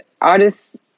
artists